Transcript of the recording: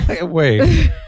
Wait